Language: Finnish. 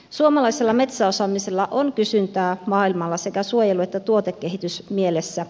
suomalaisella metsäosaamisella on kysyntää maailmalla sekä suojelu että tuotekehitysmielessä